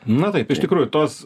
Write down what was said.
na taip iš tikrųjų tos